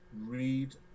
read